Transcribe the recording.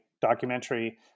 documentary